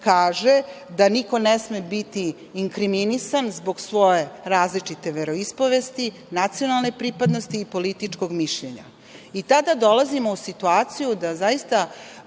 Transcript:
kaže da niko ne sme biti inkriminisan zbog svoje različite veroispovesti, nacionalne pripadnosti i političkog mišljenja. Tada dolazimo u situaciju da zaista